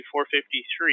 453